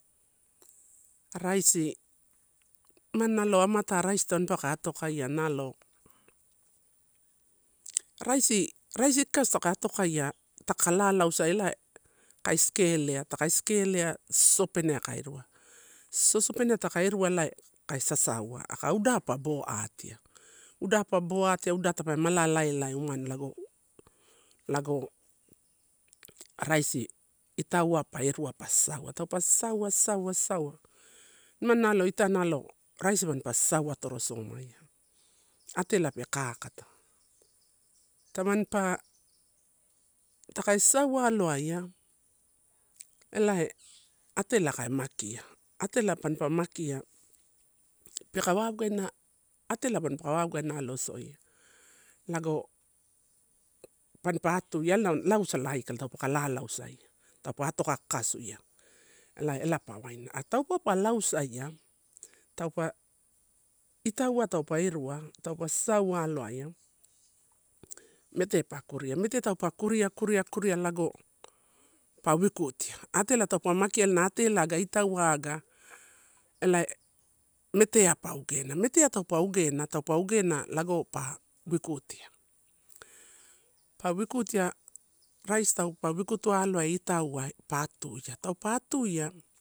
Raisi, ma nalo amatai raisi tampauwa ka atokaia nalo. Raisi, raisi kasuka taka atokaia takala lausaia. Ela ka sikelea, taka sikelea sosopenea ka irua. Sosopenea taka irua elai ka sasaua aka uda pa bo atia. Uda pa bo o atia, uda tape mala laelae umao lago, lago raisi itauai pa irua pa sasaua, taupe sasaua, sasau, sasaua, ma nalo ita nalo raisi mampa sasau atoro somaia. Atela pe kakata. Tamanipa, taka sasau aloaia elae atela ka makia, atela pampa makia peka wawagana, atela panka wawagana alosoia lago pampa atuia ela na lausala aikala taupe ka lalausaia taupe atoka kakasuia ela, ela pa waina. Taupauwa pa lausaia taupa itauai, taupe irua, taupe sasaualoaia. Mete pa kuria, mete taupe turia, kuria, kuria lago pa wikutiea, atela taupe makia ela na ate ela aga itauai elae mete pa ugena, meteai taupe ugena, taupe ugena lago pa wikutia, pa wikutia, raisi taupe wikutia aloaia itauai pa atuia, taupe atuia.